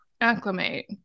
acclimate